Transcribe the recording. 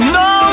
no